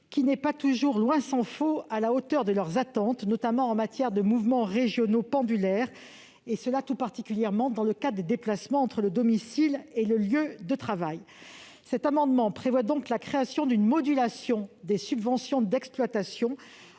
qui n'est pas toujours, tant s'en faut, à la hauteur de leurs attentes, notamment en matière de mouvements régionaux pendulaires. C'est particulièrement le cas avec les déplacements entre le domicile et le lieu de travail. Nous prévoyons donc la création d'une modulation des subventions d'exploitation